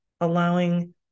allowing